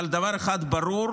אבל דבר אחד ברור: